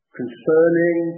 concerning